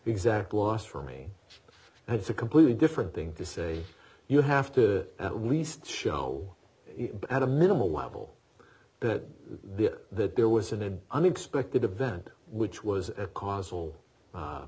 exact last for me and it's a completely different thing to say you have to at least show at a minimal level that the that there was an unexpected event which was a causal